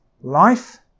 life